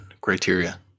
criteria